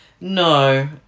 No